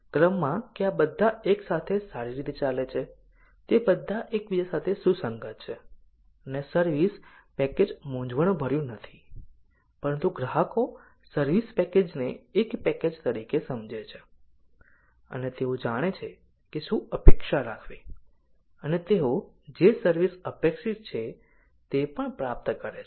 ક્રમમાં કે આ બધા એકસાથે સારી રીતે ચાલે છે તે બધા એકબીજા સાથે સુસંગત છે અને સર્વિસ પેકેજ મૂંઝવણભર્યું નથી પરંતુ ગ્રાહકો સર્વિસ પેકેજને એક પેકેજ તરીકે સમજે છે અને તેઓ જાણે છે કે શું અપેક્ષા રાખવી અને તેઓ જે સર્વિસ અપેક્ષિત છે તે પણ પ્રાપ્ત કરે છે